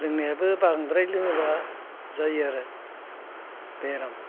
लोंनायाबो बांद्राय लोङोबा जायो आरो बेराम